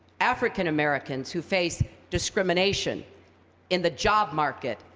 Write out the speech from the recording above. african-americans who face discrimination in the job market,